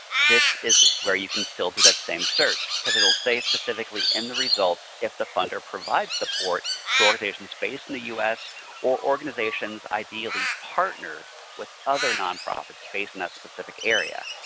this is where you can still do that same search because it will say specifically in the results if the funder provides support to organizations based in the us or organizations ideally partnered with other nonprofits based in that specific area.